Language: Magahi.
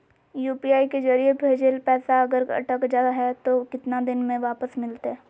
यू.पी.आई के जरिए भजेल पैसा अगर अटक जा है तो कितना दिन में वापस मिलते?